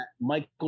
Michael